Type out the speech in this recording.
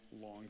long